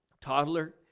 toddler